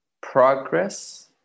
progress